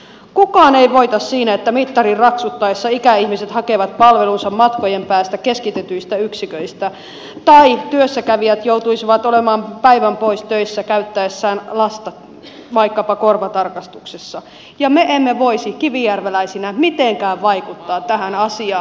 kukaan ei voita siinä että mittarin raksuttaessa ikäihmiset hakevat palvelunsa matkojen päästä keskitetyistä yksiköistä tai työssäkävijät joutuisivat olemaan päivän pois töistä käyttäessään lasta vaikkapa korvatarkastuksessa ja me emme voisi kivijärveläisinä mitenkään vaikuttaa tähän asiaan